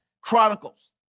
Chronicles